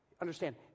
understand